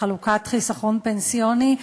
לחלוקת חיסכון פנסיוני,